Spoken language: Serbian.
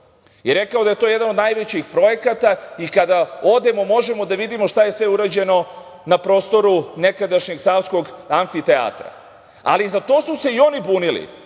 i rekao da je to jedan od najvećih projekata. Kada odemo, možemo da vidimo šta je sve urađeno na prostoru nekadašnjeg Savskog amfiteatra. Ali, za to su se oni bunili,